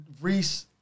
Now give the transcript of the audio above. Reese